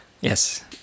Yes